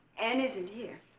anne isn't here